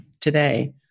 today